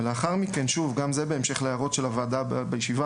ולאחר מכן גם זה בהמשך להערות של הוועדה בישיבה